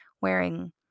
wearing